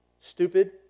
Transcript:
Stupid